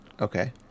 Okay